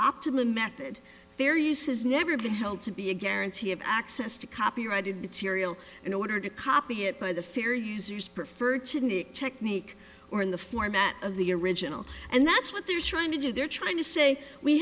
optimum method fair use has never been held to be a guarantee of access to copyrighted material in order to copy it by the fear users preferred to the technique or in the format of the original and that's what they're trying to do they're trying to say we